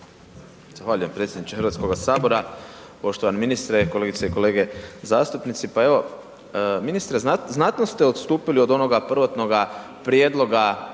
Zahvaljujem predsjedniče Hrvatskoga sabora. Poštovani ministre, kolegice i kolege zastupnici, pa evo ministre znatno ste odstupili od onoga prvotnoga prijedloga